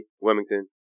Wilmington